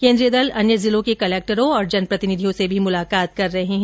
केन्द्रीय दल अन्य जिलों के कलेक्टरों और जनप्रतिनिधियों से भी मुलाकात कर रहे है